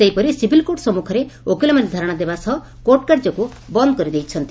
ସେହିପରି civil court ସମ୍ମୁଖରେ ଓକିଲମାନେ ଧାରଣା ଦେବା ସହ କୋର୍ଟ କାର୍ଯ୍ୟକୁ ବନ୍ଦ୍ କରିଦେଇଛନ୍ତି